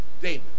David